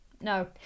No